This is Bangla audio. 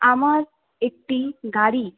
আমার একটি গাড়ি